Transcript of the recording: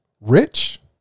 Rich